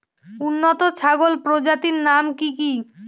উন্নত ছাগল প্রজাতির নাম কি কি?